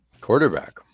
Quarterback